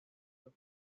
los